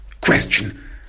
question